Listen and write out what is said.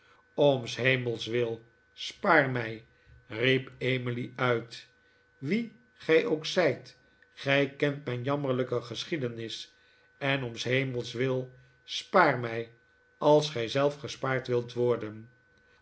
om s hemels wil spaar mij riep emily uit wie gij ook zijt gij kent mijn jammerlijke geschiedenis en om s hemels wil spaar mij als gij zelf gespaard wilt worden